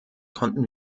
konnten